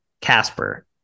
Casper